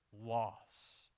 loss